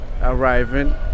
arriving